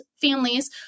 families